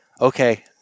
okay